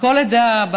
וכל לידה,